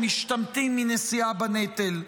שמשתמטים מנשיאה בנטל.